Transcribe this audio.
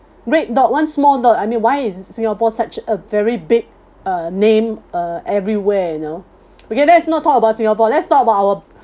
red dot one small dot I mean why is singapore such a very big uh name uh everywhere you know okay let's not talk about singapore let's talk about our